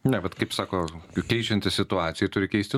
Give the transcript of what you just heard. ne vat kaip sako juk keičiantis situacijai turi keisti